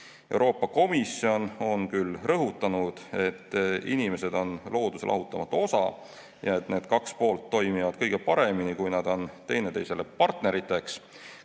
Euroopa Komisjon on küll rõhutanud, et inimesed on looduse lahutamatu osa ja need kaks poolt toimivad kõige paremini, kui nad on teineteisele partneriteks.